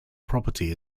property